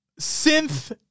synth